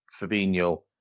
Fabinho